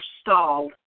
stalled